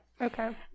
okay